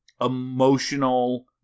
Emotional